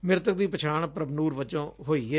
ਮਿਤਕ ਦੀ ਪਛਾਣ ਪ੍ਰਭਨੁਰ ਵੱਜੋ ਹੋਈ ਏ